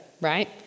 right